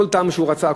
כל טעם שהוא רצה,